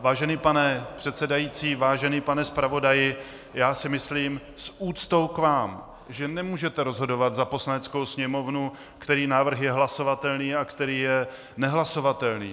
Vážený pane předsedající, vážený pane zpravodaji, já si myslím s úctou k vám , že nemůžete rozhodovat za Poslaneckou sněmovnu, který návrh je hlasovatelný a který je nehlasovatelný.